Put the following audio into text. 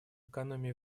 экономии